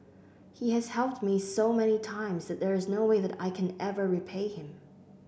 he has helped me so many times that there is no way that I can ever repay him